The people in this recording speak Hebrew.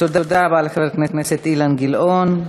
תודה רבה לחבר הכנסת אילן גילאון.